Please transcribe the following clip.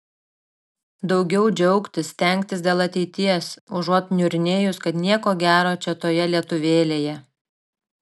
daugiau džiaugtis stengtis dėl ateities užuot niurnėjus kad nieko gero čia toje lietuvėlėje